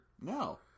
No